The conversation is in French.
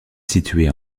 située